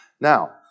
Now